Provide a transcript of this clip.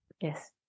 Yes